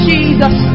Jesus